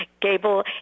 Gable